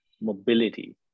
mobility